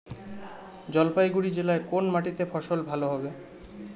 জলপাইগুড়ি জেলায় কোন মাটিতে ফসল ভালো হবে?